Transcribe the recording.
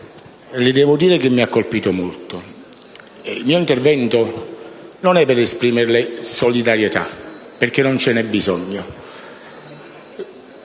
e devo dire che mi ha colpito molto. Con il mio intervento non voglio esprimerle solidarietà, perché non ce n'è bisogno.